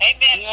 Amen